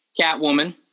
Catwoman